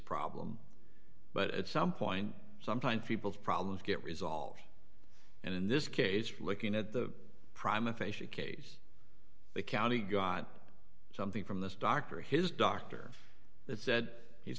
problem but at some point sometimes people's problems get resolved and in this case looking at the prime aphasia case the county got something from this doctor his doctor that said he's